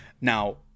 now